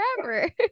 forever